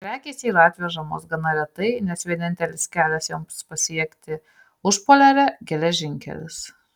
prekės yra atvežamos gana retai nes vienintelis kelias joms pasiekti užpoliarę geležinkelis